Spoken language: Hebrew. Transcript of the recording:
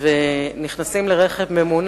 ומשתמשים ברכב,